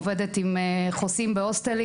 עובדת עם חוסים בהוסטלים,